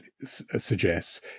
suggests